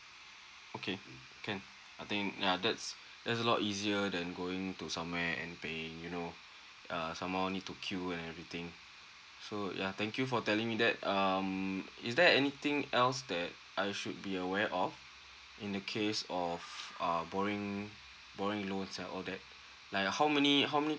okay can I think ya that's that's a lot easier than going to somewhere and paying you know err some more need to queue and everything so ya thank you for telling me that um is there anything else that I should be aware of in the case of uh borrowing borrowing loans and all that like uh how many how many